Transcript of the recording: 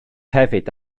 hefyd